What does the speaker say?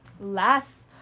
last